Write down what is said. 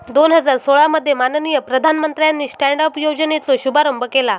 दोन हजार सोळा मध्ये माननीय प्रधानमंत्र्यानी स्टॅन्ड अप योजनेचो शुभारंभ केला